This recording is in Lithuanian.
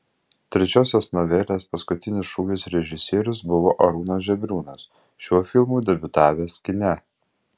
trečiosios novelės paskutinis šūvis režisierius buvo arūnas žebriūnas šiuo filmu debiutavęs kine